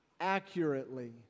accurately